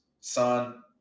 son